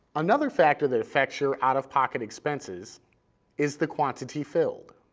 another factor that affects your out-of-pocket expenses is the quantity filled.